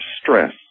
stress